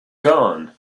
gone